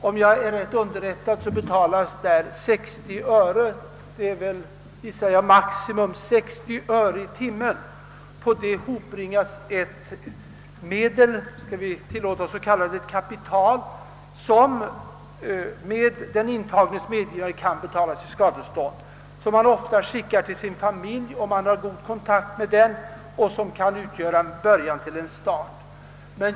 Om jag är rätt underrättad betalas där maximum 60 öre i timmen och härigenom skaffas medel, får vi kalla det kapital, som med den intagnes medgivande kan tas i anspråk för ska destånd. Pengarna, som kan vara början till en start, skickas ofta till familjen ifall det finns god kontakt med den.